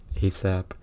ASAP